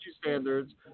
standards